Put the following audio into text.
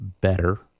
better